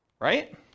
right